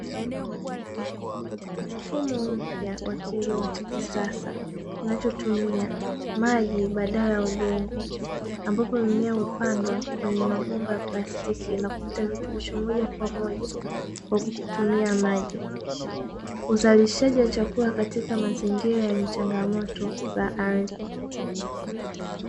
Mfumo mpya wa kilimo cha kisasa kinachotumia maji badala ya udongo, ambapo mimea upandwa kwenye mabomba ya plastiki na kupata virutubisho moja kwa moja kwa kutumia maji. Uzalishaji wa chakula katika mazingira yenye changamoto za ardhi.